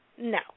no